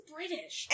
British